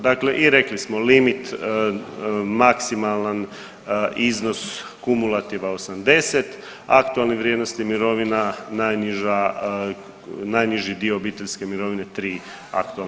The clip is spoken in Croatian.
Dakle i rekli smo limit maksimalan iznos kumulativa 80, aktualne vrijednosti mirovina najniži dio obiteljske mirovine tri AVM-a.